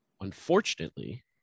Unfortunately